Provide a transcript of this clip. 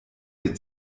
wir